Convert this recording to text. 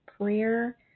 prayer